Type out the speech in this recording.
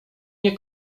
nie